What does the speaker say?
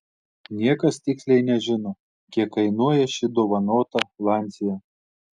niekas tiksliai nežino kiek kainuoja ši dovanota lancia